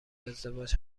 ازدواج